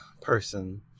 person